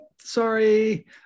Sorry